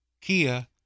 Kia